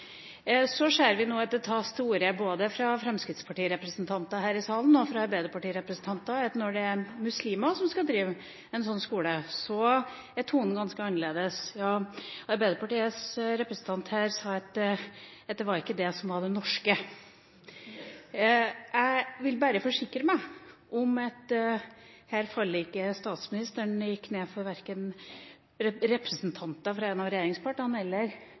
Så hører vi nå at det fra både fremskrittspartirepresentanter og arbeiderpartirepresentanter her i salen tas til orde for at når det er muslimer som skal drive en sånn skole, blir det ganske annerledes. Ja, Arbeiderpartiets representant her sa at det var ikke det som var det norske. Jeg vil bare forsikre meg om at statsministeren ikke gjør knefall verken for representanter for et av regjeringspartiene eller